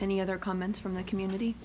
any other comments from the community